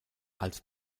als